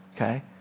okay